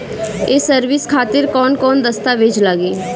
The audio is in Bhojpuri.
ये सर्विस खातिर कौन कौन दस्तावेज लगी?